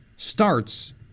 starts